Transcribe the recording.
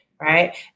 right